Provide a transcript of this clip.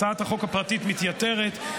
הצעת החוק הפרטית מתייתרת,